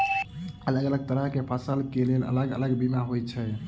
अलग अलग तरह केँ फसल केँ लेल अलग अलग बीमा होइ छै?